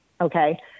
Okay